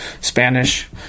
Spanish